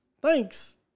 Thanks